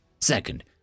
Second